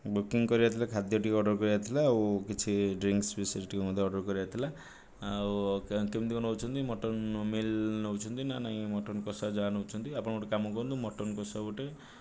booking କରିବା ଥିଲା ଖାଦ୍ୟ ଟିକେ ଅର୍ଡ଼ର କରିବା ଥିଲା ଆଉ କିଛି ଡ୍ରିଂକ୍ସ ବିଷୟରେ ମଧ୍ୟ ଅର୍ଡ଼ର କରିବାର ଥିଲା ଆଉ କେମିତି କଣ ନେଉଛନ୍ତି ମଟନ ମିଲ୍ ନେଉଛନ୍ତି ନା ନାହିଁ ମଟନ କଷା ଯାହା ନେଉଛନ୍ତି ଆପଣ ଗୋଟିଏ କାମ କରନ୍ତୁ ମଟନ କଷା ଗୋଟିଏ